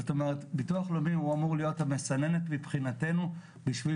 זאת אומרת ביטוח לאומי אמור להיות המסננת מבחינתנו בשביל